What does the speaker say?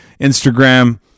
Instagram